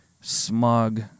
smug